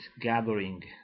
gathering